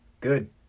good